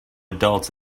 adults